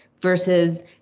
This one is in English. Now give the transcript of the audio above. versus